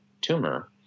tumor